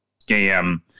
scam